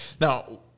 Now